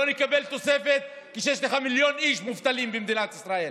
לא נקבל את התוספת כשיש לך מיליון איש מובטלים במדינת ישראל.